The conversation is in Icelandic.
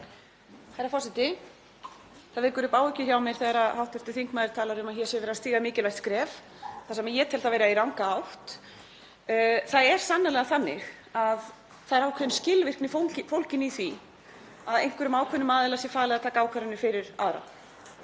Herra forseti. Það veldur mér áhyggjum þegar hv. þingmaður talar um að hér sé verið að stíga mikilvægt skref þar sem ég tel það vera í ranga átt. Það er sannarlega þannig að það er ákveðin skilvirkni fólgin í því að einhverjum ákveðnum aðila sé falið að taka ákvarðanir fyrir aðra.